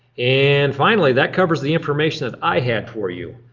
and finally, that covers the information that i had for you.